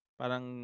parang